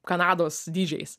kanados dydžiais